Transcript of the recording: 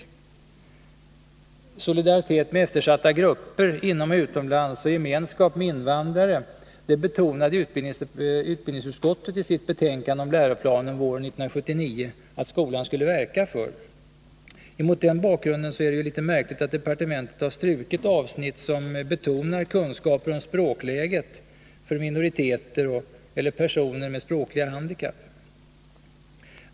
Utbildningsutskottet betonade i sitt betänkande om läroplanen våren 1979 att skolan skall verka för solidaritet med eftersatta grupper inomoch utomlands och gemenskap med invandrare. Mot den bakgrunden är det litet märkligt att departementet strukit avsnitt som betonar kunskaper om språkläget för minoriteter eller personer med språkliga handikapp.